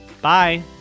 Bye